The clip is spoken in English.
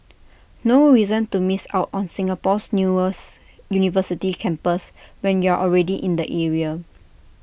no reason to miss out on Singapore's newer university campus when you are already in the area